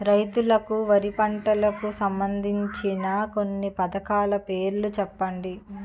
రైతులకు వారి పంటలకు సంబందించిన కొన్ని పథకాల పేర్లు చెప్పండి?